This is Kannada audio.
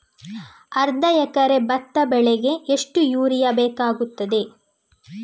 ಅರ್ಧ ಎಕರೆ ಭತ್ತ ಬೆಳೆಗೆ ಎಷ್ಟು ಯೂರಿಯಾ ಬೇಕಾಗುತ್ತದೆ?